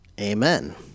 amen